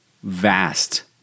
vast